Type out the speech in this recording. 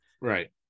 right